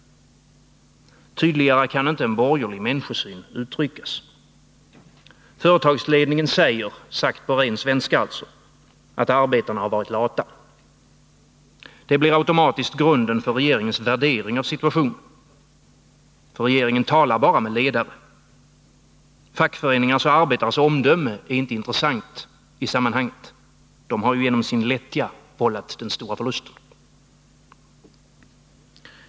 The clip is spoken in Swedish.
Tydligare kan en borgerlig människosyn inte uttryckas. Företagsledningen säger alltså — sagt på ren svenska — att arbetarna varit lata. Det blir automatiskt grunden för regeringens värdering av situationen, ty regeringen talar bara med ledare. Fackföreningars och arbetares omdöme är inte intressant i sammanhanget. De har ju genom sin lättja vållat den stora förlusten.